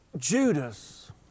Judas